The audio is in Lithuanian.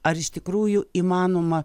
ar iš tikrųjų įmanoma